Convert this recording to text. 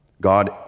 God